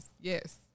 Yes